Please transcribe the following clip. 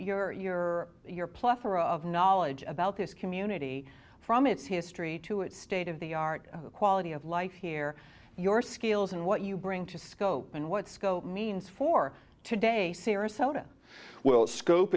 your your your plethora of knowledge about this community from its history to it state of the art the quality of life here your skills and what you bring to scope and what scope means for today sarasota will scope